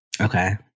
Okay